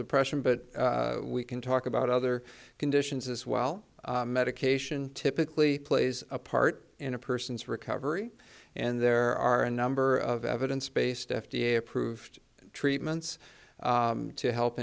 depression but we can talk about other conditions as well medication typically plays a part in a person's recovery and there are a number of evidence based f d a approved treatments to help